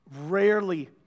Rarely